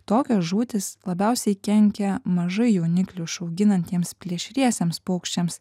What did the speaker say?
tokios žūtys labiausiai kenkia mažai jauniklių išauginantiems plėšriesiems paukščiams